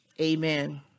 amen